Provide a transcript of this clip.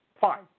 fine